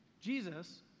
Jesus